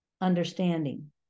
understanding